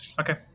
Okay